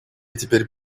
теперь